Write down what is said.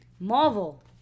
Marvel